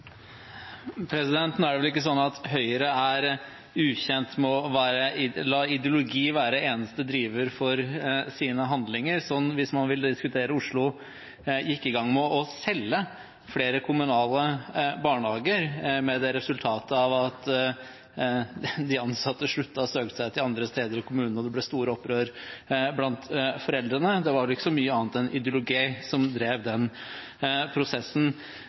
ukjent med å la ideologi være eneste driver for sine handlinger. Hvis man vil diskutere Oslo, som gikk i gang med å selge flere kommunale barnehager, med det resultatet at de ansatte sluttet og søkte seg til andre steder i kommunen og det ble stort opprør blant foreldrene, var det vel ikke så mye annet enn ideologi som drev den prosessen.